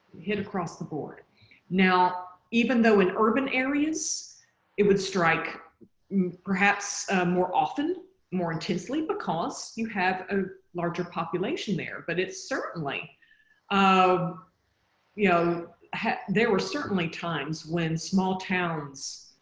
hit across the board now even though in urban areas it would strike perhaps more often more intensely because you have a larger population there. but it's certainly um you know there were certainly times when small towns